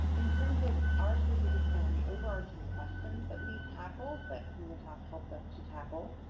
in terms of our strategic plan, the overarching questions that we tackled, that communities helped us to tackle,